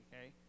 Okay